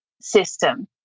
system